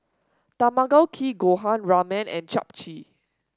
Tamago Kake Gohan Ramen and Japchae